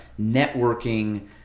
networking